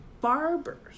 barbers